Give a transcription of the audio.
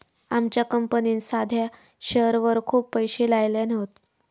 आमच्या कंपनीन साध्या शेअरवर खूप पैशे लायल्यान हत